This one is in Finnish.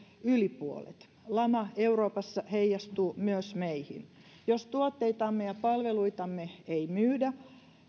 yli puolet lama euroopassa heijastuu myös meihin jos tuotteitamme ja palveluitamme ei myydä